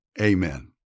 amen